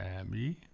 Abby